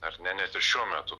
ar ne net ir šiuo metu